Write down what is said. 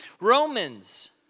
Romans